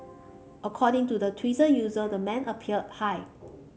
according to the Twitter user the man appeared high